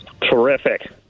Terrific